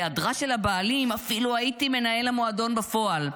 בהיעדרה של הבעלים אפילו הייתי מנהל המועדון בפועל.